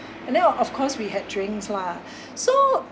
and then of course we had drinks lah so